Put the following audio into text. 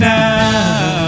now